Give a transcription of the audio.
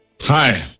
hi